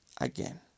again